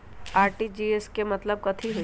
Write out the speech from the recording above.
RTGS के मतलब कथी होइ?